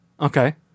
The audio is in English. okay